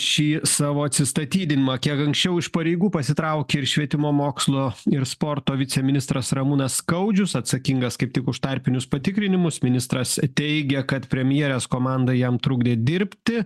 šį savo atsistatydinimą kiek anksčiau iš pareigų pasitraukė ir švietimo mokslo ir sporto viceministras ramūnas skaudžius atsakingas kaip tik už tarpinius patikrinimus ministras teigia kad premjerės komanda jam trukdė dirbti